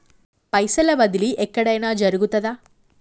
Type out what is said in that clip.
పైసల బదిలీ ఎక్కడయిన జరుగుతదా?